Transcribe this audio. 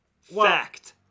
Fact